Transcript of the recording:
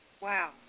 Wow